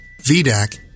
VDAC